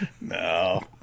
No